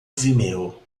vimeo